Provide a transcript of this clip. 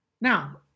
Now